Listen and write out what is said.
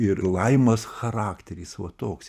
ir laimos charakteris va toks